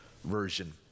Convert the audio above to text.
version